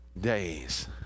days